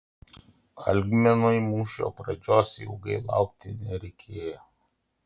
algminui mūšio pradžios ilgai laukti nereikėjo